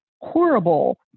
horrible